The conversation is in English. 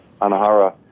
Anahara